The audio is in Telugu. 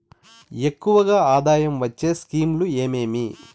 ఎక్కువగా ఆదాయం వచ్చే స్కీమ్ లు ఏమేమీ?